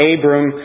Abram